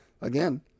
again